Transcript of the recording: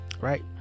right